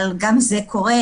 אבל גם זה קורה,